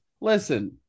Listen